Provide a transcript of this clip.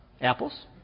Apples